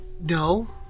No